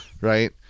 Right